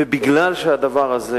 מכיוון שהדבר הזה